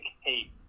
hate